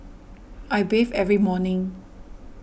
I bathe every morning